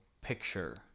picture